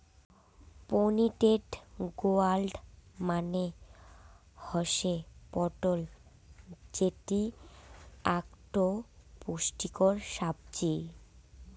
pointed gourd মানে হসে পটল যেটি আকটো পুষ্টিকর সাব্জি